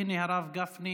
והינה הרב גפני